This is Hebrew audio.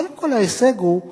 קודם כול ההישג של